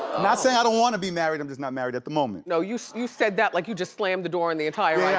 not saying i don't wanna be married, i'm just not married at the moment. no, you you said that like you just slammed the door on the entire